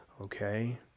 okay